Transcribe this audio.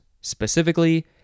specifically